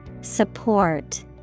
Support